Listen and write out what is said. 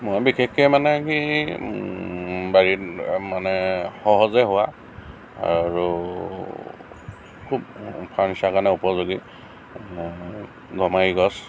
মই বিশেষকে মানে কি বাৰীত মানে সহজে হোৱা আৰু খুব ফাৰ্নিচাৰৰ কাৰণে উপযোগী গমাৰি গছ